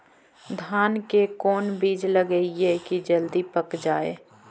धान के कोन बिज लगईयै कि जल्दी पक जाए?